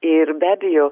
ir be abejo